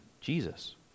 Jesus